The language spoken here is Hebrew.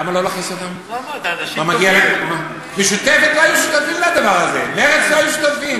מי אמר שקצבאות מורידות עוני?